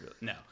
no